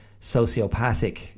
sociopathic